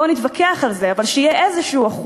בואו נתווכח על זה אבל שיהיה אחוז כלשהו,